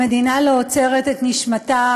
המדינה לא עוצרת את נשמתה,